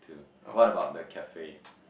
what about the cafe